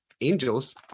angels